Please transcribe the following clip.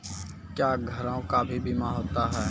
क्या घरों का भी बीमा होता हैं?